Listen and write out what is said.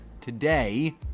today